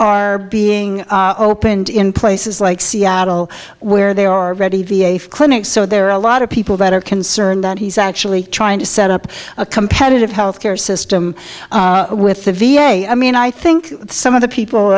are being opened in places like seattle where they are ready v a clinics so there are a lot of people that are concerned that he's actually trying to set up a competitive health care system with the v a i mean i think some of the people